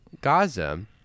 Gaza